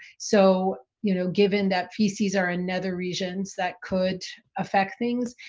so you know, given that feces are in nether regions that could affect things,